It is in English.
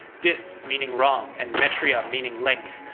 dys meaning wrong and metria meaning length.